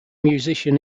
musician